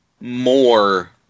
more